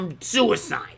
suicide